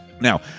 Now